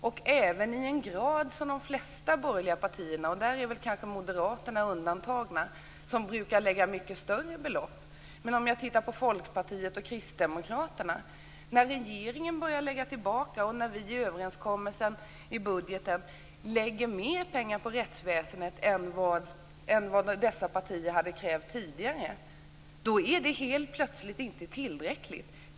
Det enda parti som brukar föreslå större belopp är Moderaterna. Nu lägger regeringen mer pengar på rättsväsendet enligt överenskommelsen i budgeten än vad Folkpartiet och Kristdemokraterna har krävt tidigare. Men det är helt plötsligt inte tillräckligt.